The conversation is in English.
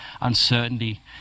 uncertainty